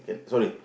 can sorry